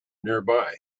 nearby